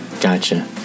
Gotcha